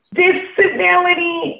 disability